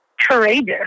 courageous